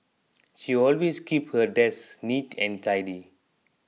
she always keeps her desk neat and tidy